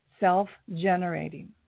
Self-generating